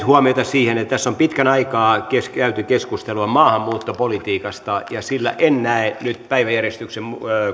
huomiota siihen että tässä on pitkän aikaa käyty keskustelua maahanmuuttopolitiikasta ja sillä en näe nyt olevan tässä päiväjärjestyksen